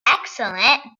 excellent